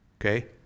okay